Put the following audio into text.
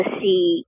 see